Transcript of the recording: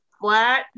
flat